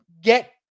get